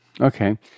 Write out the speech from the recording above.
Okay